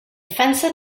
fencer